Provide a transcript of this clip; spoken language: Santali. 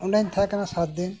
ᱚᱰᱮᱧ ᱛᱟᱸᱦᱮ ᱠᱟᱱᱟ ᱥᱟᱛ ᱫᱤᱱ